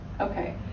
Okay